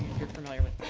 you're familiar with